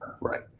Right